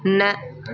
न